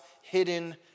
hidden